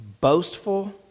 boastful